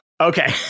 Okay